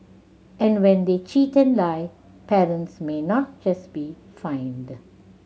and when they cheat and lie parents may not just be fined